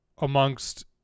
amongst